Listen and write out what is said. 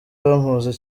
bamuzi